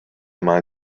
main